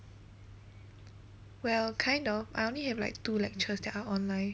well kind of I only have like two lectures that are online